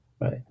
right